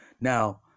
Now